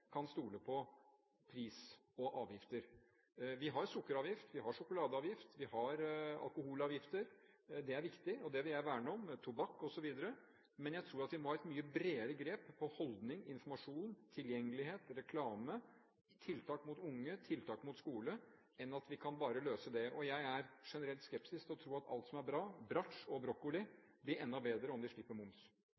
kan stole på priser og avgifter. Vi har sukkeravgift, vi har sjokoladeavgift, vi har alkoholavgift, vi har tobakksavgift osv. – det er viktig, og det vil jeg verne om – men jeg tror at vi må ha et mye bredere grep om holdning, informasjon, tilgjengelighet, reklame, tiltak mot unge og tiltak mot skole for å kunne løse det. Jeg er generelt skeptisk til å tro at alt som er bra, bratsj og brokkoli,